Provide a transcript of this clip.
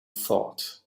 thought